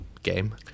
Game